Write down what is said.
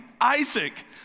Isaac